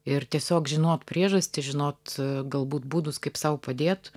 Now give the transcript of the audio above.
ir tiesiog žinot priežastį žinot galbūt būdus kaip sau padėt